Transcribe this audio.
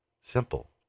Simple